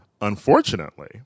unfortunately